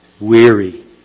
weary